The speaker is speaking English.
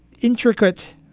intricate